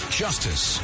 justice